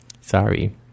sorry